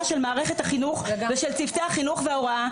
של מערכת החינוך ושל צוותי החינוך וההוראה.